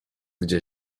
gdzie